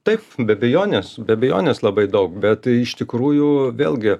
taip be abejonės be abejonės labai daug bet iš tikrųjų vėlgi